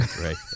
Right